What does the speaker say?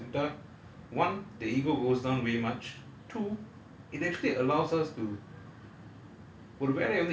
நம்ம வந்து நம்மள பாத்து சிரிக்க கத்துகிட்டா:namma vanthu nammala paathu sirikka kathukitta one their ego goes down very much two it actually allows us to